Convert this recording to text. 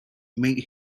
make